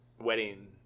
wedding